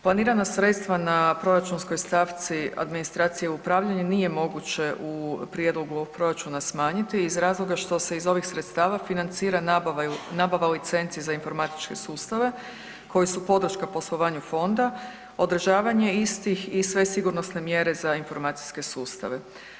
Planirana sredstava na proračunskoj stavci administracija i upravljanje nije moguće u prijedlogu ovog proračuna smanjiti iz razloga što se iz ovih sredstava financira nabava u licenci za informatičke sustave koji su podrška poslovanju fonda, održavanje istih i sve sigurnosne mjere za informacijske sustave.